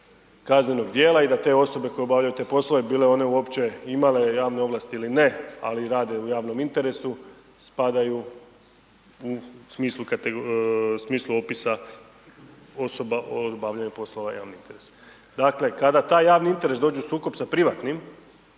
kaznenog djela i da te osobe koje obavljaju te poslove bile one uopće imale javne ovlasti ili ne, ali rade u javnom interesu spadaju u smislu opisa osoba o obavljanju poslova javnih interesa. Dakle, kada taj javni interes dođe u sukob sa privatnim,